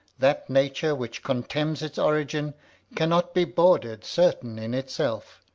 that nature which contemns it origin cannot be bordered certain in itself.